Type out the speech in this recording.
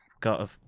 got